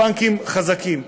הבנקים חזקים.